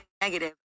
negative